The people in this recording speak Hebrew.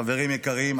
חברים יקרים,